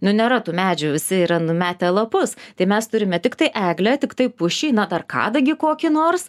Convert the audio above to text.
nu nėra tų medžių visi yra numetę lapus tai mes turime tiktai eglę tiktai pušį na dar kadagį kokį nors